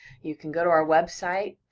you can go to our website,